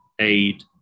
aid